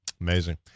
Amazing